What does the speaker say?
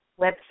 website